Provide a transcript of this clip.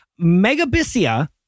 Megabissia